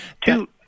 Two